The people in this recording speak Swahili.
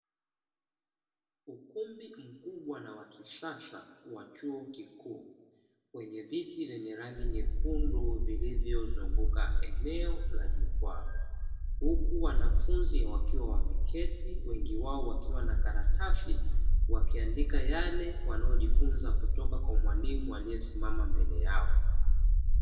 Ukumbi mkubwa na wa kisasa wa chuo kikuu wenye viti vyenye rangi nyekundu vilivyozunguka eneo la jukwaa, huku wanafunzi wakiwa wameketi wengi wao wakiwa na karatasi wakiandika yale wanayojifunza kutoka kwa mwalimu aliyesimama mbele yao.